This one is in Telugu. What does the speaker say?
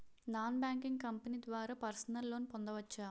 నాన్ బ్యాంకింగ్ కంపెనీ ద్వారా పర్సనల్ లోన్ పొందవచ్చా?